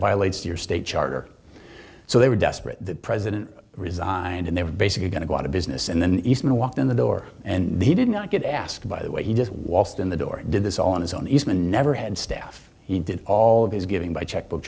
violates your state charter so they were desperate the president resigned and they were basically going to go out of business and then eastman walked in the door and he did not get asked by the way he just waltzed in the door and did this on his own eastman never had staff he did all of his giving by checkbook